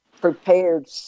prepared